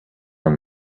been